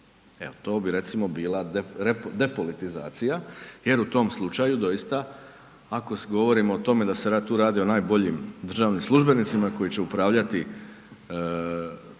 to bi recimo bila depolitizacija jer u tom slučaju doista ako govorimo o tome da se tu radi o najboljim državnim službenicima koji će upravljati u sustavima